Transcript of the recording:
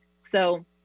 So-